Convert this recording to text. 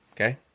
Okay